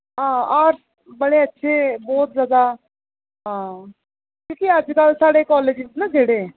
हां आर्ट्स बड़े अच्छे बहुत जैदा हां की जे अजकल साढ़े कालेज ना जेह्ड़े